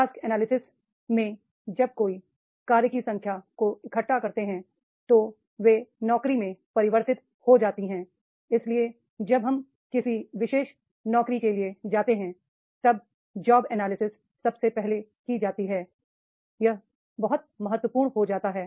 task analysis में जब कोई जब कई कार्यों की संख्या को इकट्ठा करते हैं तो वे नौकरी में परि वर्ति त हो जाती हैं इसलिए जब हम किसी विशेष नौकरी के लिए जाते हैं तब जॉब एनालिसिस सबसे पहले की जाती है यह बहुत महत्वपूर्ण हो जाती है